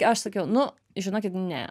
aš sakiau nu žinokit ne